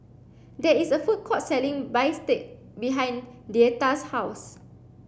there is a food court selling Bistake behind Deetta's house